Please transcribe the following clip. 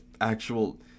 actual